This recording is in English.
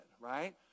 right